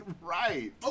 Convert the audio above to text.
Right